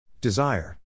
Desire